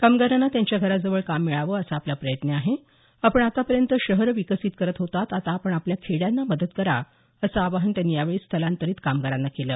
कामगारांना त्यांच्या घराजवळ काम मिळावं असा आपला प्रयत्न आहे आपण आतापर्यंत शहरं विकसित करत होतात आता आपण आपल्या खेड्यांना मदत करा असं आवाहन त्यांनी यावेळी स्थलांतरित कामगारांना केलं